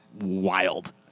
Wild